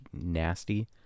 nasty